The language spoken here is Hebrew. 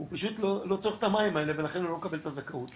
הוא פשוט לא צריך את המים האלה ולכן הוא לא מקבל את הזכאות,